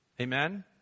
Amen